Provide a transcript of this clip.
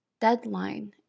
deadline